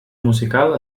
musical